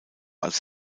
als